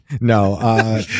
no